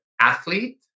athlete